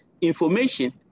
information